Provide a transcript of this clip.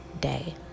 day